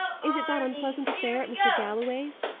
is it that unpleasant affair at mr. galloway's?